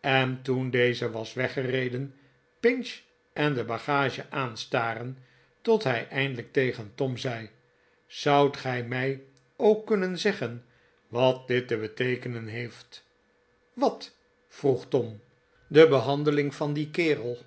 en toen deze was weggereden pinch en de bagag aanstaren tot hij eindelijk tegen tom zei zoudt gij mij ook kunnen zeggen wat dit te beteekenen heeft if wat vroeg tom de behandeling van dien kerel